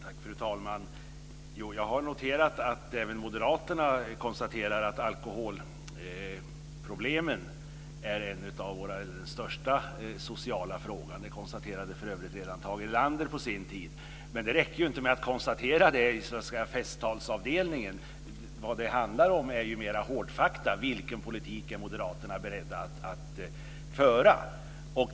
Fru talman! Jag har noterat att även moderaterna konstaterar att alkoholproblemen är den största sociala frågan. Det konstaterade för övrigt redan Tage Erlander på sin tid. Men det räcker inte med att konstatera det i svenska festtalsavdelningen. Vad det handlar om är ju mera hårdfakta. Vilken politik är moderaterna beredda att föra?